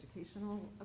educational